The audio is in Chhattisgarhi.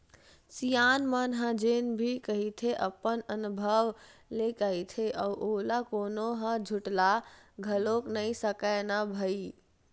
सियान मन ह जेन भी कहिथे अपन अनभव ले कहिथे अउ ओला कोनो ह झुठला घलोक नइ सकय न भई